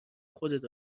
خودت